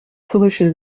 solution